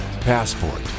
Passport